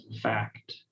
fact